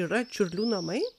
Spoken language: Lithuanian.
yra čiurlių namai